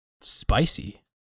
spicy